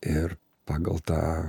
ir pagal tą